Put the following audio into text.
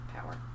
power